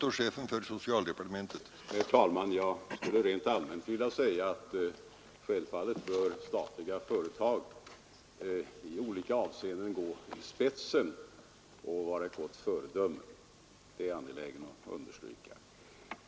Herr talman! Jag skulle rent allmänt vilja säga att självfallet bör statliga företag i olika avseenden gå i spetsen och vara ett gott föredöme. Det är jag angelägen om att understryka.